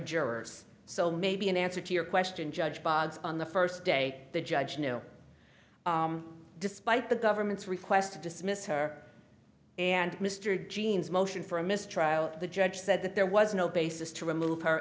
jurors so maybe in answer to your question judge biogs on the first day the judge despite the government's request to dismiss her and mr jean's motion for a mistrial the judge said that there was no basis to remove her